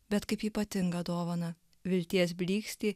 bet kaip ypatingą dovaną vilties blyksnį